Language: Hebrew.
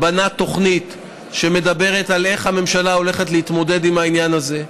בנה תוכנית איך הממשלה הולכת להתמודד עם העניין הזה.